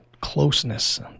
closeness